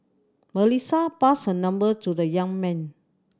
Melissa passed her number to the young man